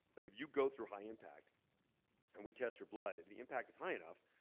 like if you go through high impact and we test your blood, if the impact is high enough,